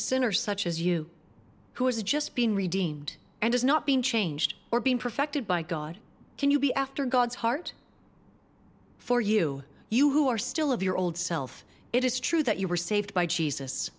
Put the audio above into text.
sinner such as you who has just been redeemed and is not being changed or being perfected by god can you be after god's heart for you you who are still of your old self it is true that you were saved by jesus